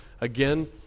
Again